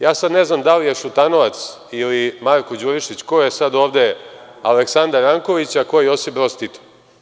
Ja sad ne znam da li je Šutanovac ili Marko Đurišić, ko je sad ovde Aleksandar Ranković, a koJosip Broz Tito?